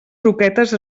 croquetes